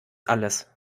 alles